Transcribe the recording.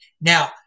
Now